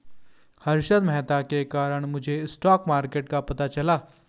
हर्षद मेहता के कारण मुझे स्टॉक मार्केट का पता चला